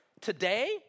today